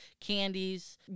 candies